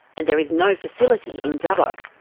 and there is no facility in dubbo.